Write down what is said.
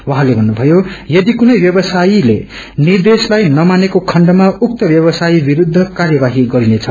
उहाँले भन्नुभयो यदि कुनै व्यवसायीले निर्देशलाई नमानेको खण्डमा उक्त व्यवसायी विरूद्ध कार्यवाही गरिनेछ